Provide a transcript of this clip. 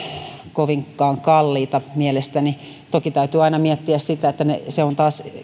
kovinkaan kalliita mielestäni toki täytyy aina miettiä sitä että se on